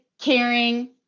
caring